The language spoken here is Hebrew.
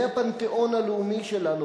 זה הפנתיאון הלאומי שלנו,